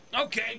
Okay